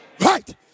Right